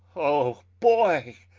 o boy!